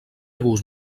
gust